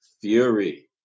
fury